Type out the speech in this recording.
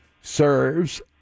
serves